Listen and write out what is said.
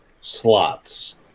slots